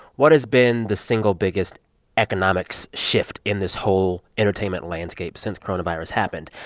what has been the single-biggest economics shift in this whole entertainment landscape since coronavirus happened?